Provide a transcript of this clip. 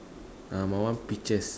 uh my one peaches